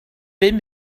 bum